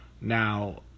Now